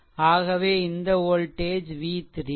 ஆகவே இந்த voltage v3